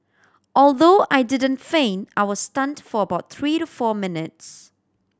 although I didn't faint I was stunned for about three to four minutes